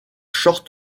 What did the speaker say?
short